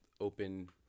open